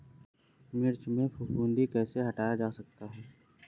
मिर्च में फफूंदी कैसे हटाया जा सकता है?